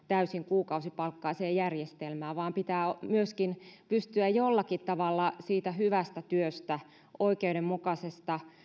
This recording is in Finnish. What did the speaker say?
täysin kuukausipalkkaiseen järjestelmään vaan pitää myöskin pystyä jollakin tavalla siitä hyvästä työstä oikeudenmukaisen